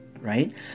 right